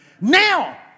Now